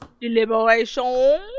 Deliberation